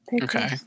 Okay